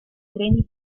treni